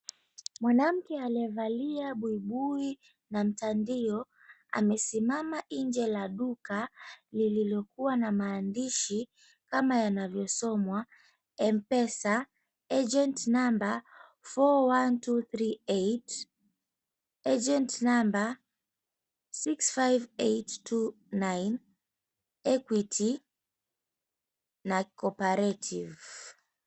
Mwanamke aliyevalia buibui na mtandio amesimama nje la duka lililokuwa na maandishi kama yanavyosomwa, Mpesa agent number 41238, agent number 65829 Equity na Cooperative.